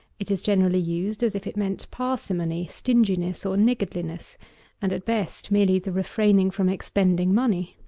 it is generally used as if it meant parsimony, stinginess, or niggardliness and, at best, merely the refraining from expending money.